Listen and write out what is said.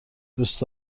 دوست